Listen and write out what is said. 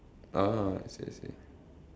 ah I see I see